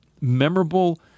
memorable